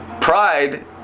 Pride